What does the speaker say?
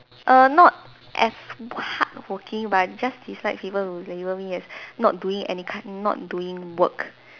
err not as hardworking but I just dislike people who label me as not doing any kind not doing work